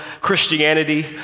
Christianity